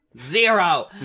zero